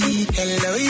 Hello